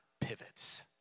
pivots